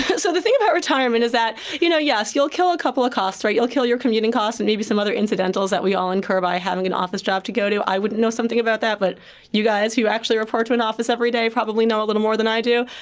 but so the thing about retirement is that, you know yes, you'll kill a couple of costs. you'll kill your commuting costs and maybe some other incidentals that we all incur by having an office job to go to. i wouldn't know something about that. but you guys who actually report to an office every day probably know a little more than i do.